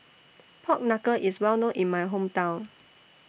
Pork Knuckle IS Well known in My Hometown